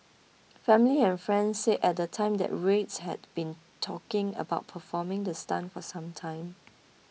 family and friends said at the time that Ruiz had been talking about performing the stunt for some time